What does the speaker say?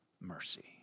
mercy